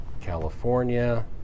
California